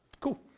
Cool